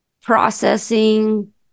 processing